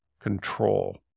control